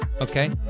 okay